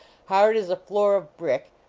hard as a floor of brick,